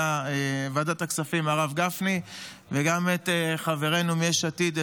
ועדת הכספים הרב גפני וגם את חברינו מיש עתיד,